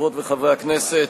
חברות וחברי הכנסת,